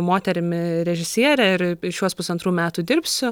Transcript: moterimi režisiere ir šiuos pusantrų metų dirbsiu